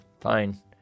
fine